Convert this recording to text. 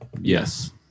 yes